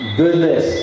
goodness